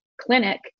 clinic